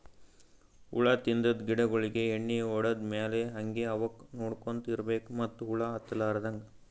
ಹುಳ ಹತ್ತಿದ್ ಗಿಡಗೋಳಿಗ್ ಎಣ್ಣಿ ಹೊಡದ್ ಮ್ಯಾಲ್ ಹಂಗೆ ಅವಕ್ಕ್ ನೋಡ್ಕೊಂತ್ ಇರ್ಬೆಕ್ ಮತ್ತ್ ಹುಳ ಹತ್ತಲಾರದಂಗ್